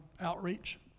outreach